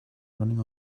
running